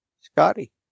Scotty